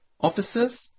officers